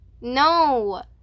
No